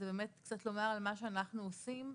זה באמת קצת לומר על מה שאנחנו עושים.